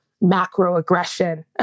macro-aggression